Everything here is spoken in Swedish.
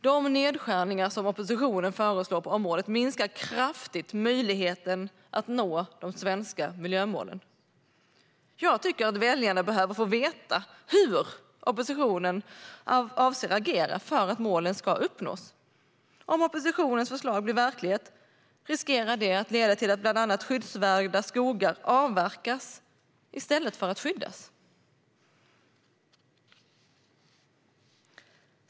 De nedskärningar som oppositionen föreslår på området minskar kraftigt möjligheten att nå de svenska miljömålen. Jag tycker att väljarna behöver få veta hur oppositionen avser att agera för att målen ska uppnås. Om oppositionens förslag blir verklighet riskerar det att leda till bland annat att skyddsvärda skogar avverkas i stället för att skyddas.